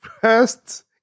first